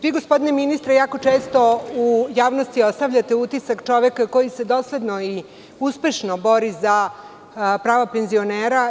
Vi, gospodine ministre, jako često u javnosti ostavljate utisak čoveka koji se dosledno i uspešno bori za prava penzionera.